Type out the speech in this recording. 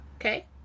Okay